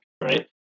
right